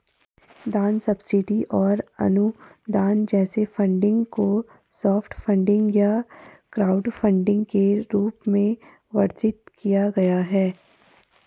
दान सब्सिडी और अनुदान जैसे फंडिंग को सॉफ्ट फंडिंग या क्राउडफंडिंग के रूप में वर्णित किया गया है